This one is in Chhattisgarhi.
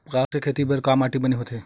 कपास के खेती करे बर का माटी बने होथे?